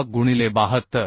6 गुणिले 72